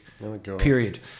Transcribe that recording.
period